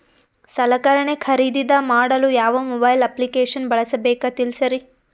ಸಲಕರಣೆ ಖರದಿದ ಮಾಡಲು ಯಾವ ಮೊಬೈಲ್ ಅಪ್ಲಿಕೇಶನ್ ಬಳಸಬೇಕ ತಿಲ್ಸರಿ?